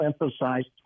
emphasized